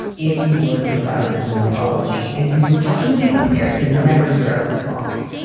if you were to try to send an apology and you were truly prepared to never hear a response,